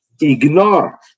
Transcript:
ignore